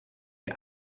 die